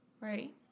right